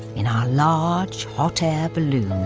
in our large hot air balloon.